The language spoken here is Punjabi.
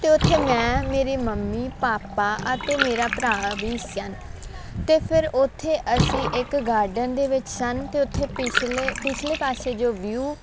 ਅਤੇ ਉੱਥੇ ਮੈਂ ਮੇਰੀ ਮੰਮੀ ਪਾਪਾ ਅਤੇ ਮੇਰਾ ਭਰਾ ਵੀ ਸਨ ਅਤੇ ਫਿਰ ਉੱਥੇ ਅਸੀਂ ਇੱਕ ਗਾਰਡਨ ਦੇ ਵਿੱਚ ਸਨ ਅਤੇ ਉੱਥੇ ਪਿਛਲੇ ਪਿਛਲੇ ਪਾਸੇ ਜੋ ਵਿਊ